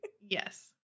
Yes